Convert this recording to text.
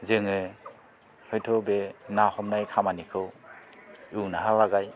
जोङो हयथ' बे ना हमनाय खामानिखौ इयुनहालागै